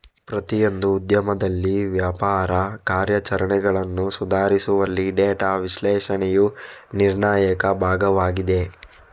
ಪ್ರತಿಯೊಂದು ಉದ್ಯಮದಲ್ಲಿ ವ್ಯಾಪಾರ ಕಾರ್ಯಾಚರಣೆಗಳನ್ನು ಸುಧಾರಿಸುವಲ್ಲಿ ಡೇಟಾ ವಿಶ್ಲೇಷಣೆಯು ನಿರ್ಣಾಯಕ ಭಾಗವಾಗಿದೆ